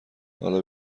حالا